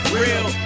real